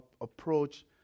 approach